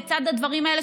לצד הדברים האלה,